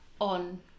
on